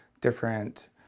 different